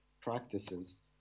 practices